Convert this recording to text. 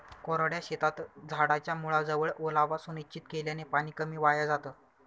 कोरड्या शेतात झाडाच्या मुळाजवळ ओलावा सुनिश्चित केल्याने पाणी कमी वाया जातं